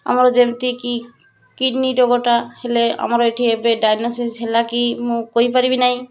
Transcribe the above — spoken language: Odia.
ଆମର ଯେମିତିକି କିଡ଼ନୀ ରୋଗଟା ହେଲେ ଆମର ଏଠି ଏବେ ଡାଇଗ୍ନୋସିସ୍ ହେଲା କିି ମୁଁ କହିପାରିବି ନାହିଁ